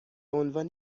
عنوان